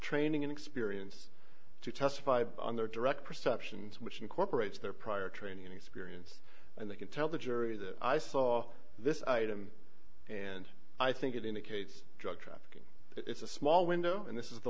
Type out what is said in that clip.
training and experience to testify on their direct perceptions which incorporates their prior training and experience and they can tell the jury that i saw this item and i think it indicates drug trafficking is a small window and this is the